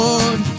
Lord